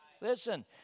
Listen